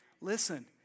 Listen